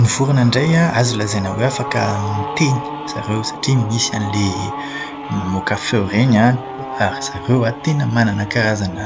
Ny vorona indray an, azo lazaina hoe afaka miteny zareo satria misy an'ilay mamoaka feo ireny an, ary zareo an tena manana karazana